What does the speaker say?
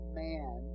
man